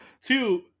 Two